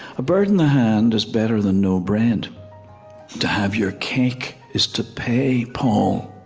a bird in the hand is better than no bread to have your cake is to pay paul.